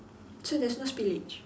so there's no spillage